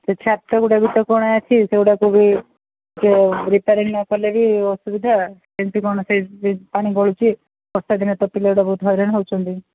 ସେ ଛାତଗୁଡ଼ା ବି ତ କଣା ଅଛି ସେଗୁଡ଼ାକୁ ବି ସିଏ ରିପେୟାରିଂ ନକଲେ ବି ଅସୁବିଧା କେମତି କ'ଣ ସିଏ ପାଣି ଗଳୁଛି ବର୍ଷାଦିନେ ତ ପିଲାଗୁଡ଼ା ବହୁତ ହଇରାଣ ହେଉଛନ୍ତି